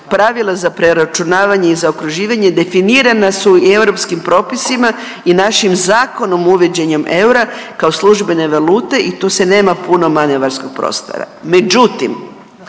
pravila za preračunavanje i zaokruživanje definirana su i europskim propisima i našim Zakonom o uvođenjem eura kao službene valute i tu se nema puno manevarskog prostora.